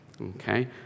okay